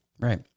right